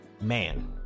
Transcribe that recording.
man